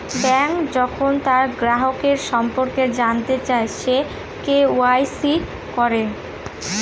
bank যখন তার গ্রাহকের সম্পর্কে জানতে চায়, সে কে.ওয়া.ইসি করে